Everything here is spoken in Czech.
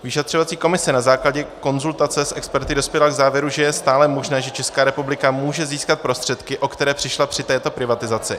Vyšetřovací komise na základě konzultace s experty dospěla k závěru, že je stále možné, že Česká republika může získat prostředky, o které přišla při této privatizaci.